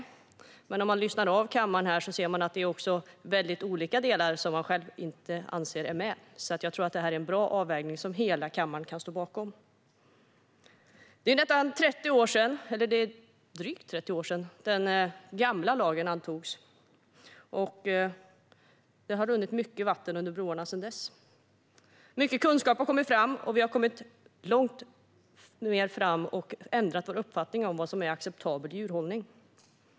Om man lyssnar av kammaren hör man dock att det är väldigt olika delar som talarna själva anser inte är med, så jag tror att det är en bra avvägning som hela kammaren kan stå bakom. Det är drygt 30 år sedan den gamla lagen antogs, och mycket vatten har runnit under broarna sedan dess. Mycket kunskap har kommit fram, och vi har kommit långt och ändrat vår uppfattning om vad som är acceptabel djurhållning.